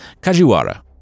Kajiwara